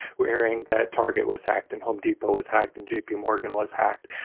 we're hearing that target was hacked, and home depot was hacked, and jp yeah morgan was hacked.